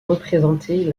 représentait